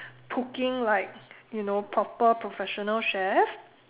cooking like you know proper professional chef